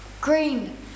Green